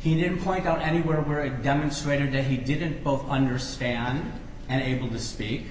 he didn't point out anywhere where i demonstrated that he didn't both understand and able to speak